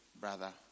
brother